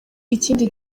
ikindi